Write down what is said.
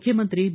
ಮುಖ್ಯಮಂತ್ರಿ ಬಿ